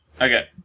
Okay